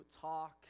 talk